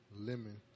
lemon